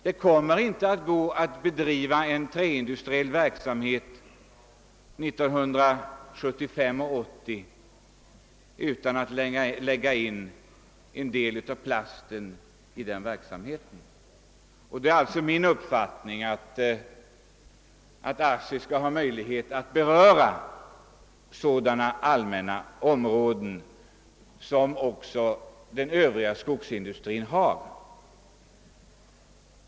Det kommer inte att vara möjligt att bedriva en träindustriell verksamhet 1975 eller 1980 utan att lägga in plast i den verksamheten. Det är alltså min uppfattning, att ASSI skall ha möjlighet att gå in på sådana allmänna områden som också omfattas av skogsindustrin i övrigt.